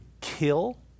kill